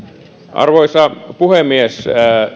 arvoisa puhemies